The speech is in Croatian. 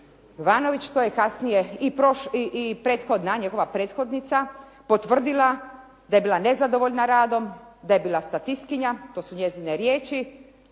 Ivanović to je kasnije i njegova prethodnica potvrdila daje bila nezadovoljna radom, da je bila statsikinja, to su njezine riječi.